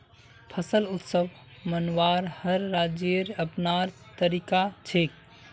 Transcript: फसल उत्सव मनव्वार हर राज्येर अपनार तरीका छेक